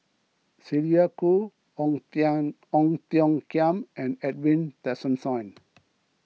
Sylvia Kho Ong Tiong Khiam and Edwin Tessensohn